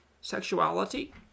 sexuality